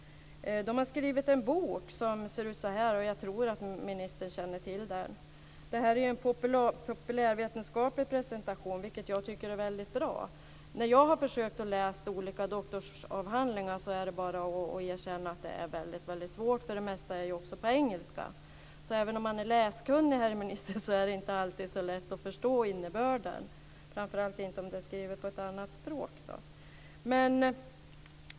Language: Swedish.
De har skrivit en bok, som ser ut så här. Jag tror att socialministern känner till den. Det här är en populärvetenskaplig presentation, vilket jag tycker är väldigt bra. När jag har försökt läsa olika doktorsavhandlingar är det bara att erkänna att det är väldigt svårt. Det mesta är ju också på engelska. Så även om man är läskunnig, herr minister, är det inte alltid så lätt att förstå innebörden, framför allt inte om det är skrivet på ett annat språk.